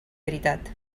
veritat